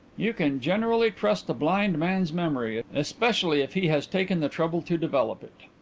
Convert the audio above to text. you can generally trust a blind man's memory, especially if he has taken the trouble to develop it.